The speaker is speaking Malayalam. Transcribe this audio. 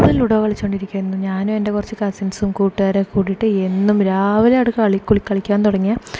എപ്പോഴും ലുഡോ കളിച്ചോണ്ട് ഇരിക്കും എന്നും ഞാനും എൻറെ കുറച്ച് കസിൻസും കൂട്ടകാരൊക്കെ കൂടിട്ട് എന്നും രാവിലെ തൊട്ട് കളിക്കാൻ തുടങ്ങിയ